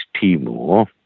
Timor